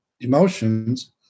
emotions